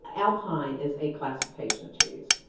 alpine is a classification of cheese,